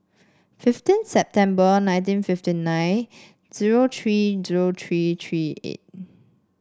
fifteen September nineteen fifty nine zero tree zero tree tree eight